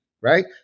right